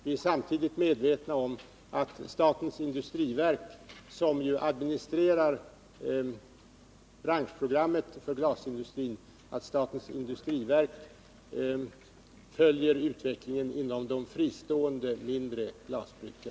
Vi är samtidigt medvetna om att statens industriverk, som administrerar branschprogrammet för glasindustrin, följer utvecklingen inom de fristående mindre glasbruken.